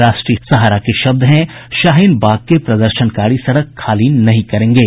राष्ट्रीय सहारा के शब्द है शाहीन बाग के प्रदर्शनकारी सड़क खाली नहीं करेंगे